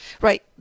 Right